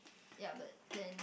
ya but then